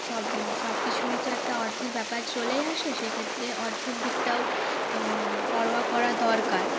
সব সবকিছুরই তো একটা অর্থের ব্যাপার চলেই আসে সেক্ষেত্রে অর্থের দিকটাও পরোয়া করা দরকার